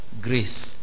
Grace